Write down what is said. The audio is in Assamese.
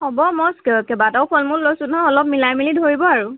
হ'ব মই কে কেইবাটাও ফল মূল লৈছোঁ নহয় অলপ মিলাই মিলি ধৰিব আৰু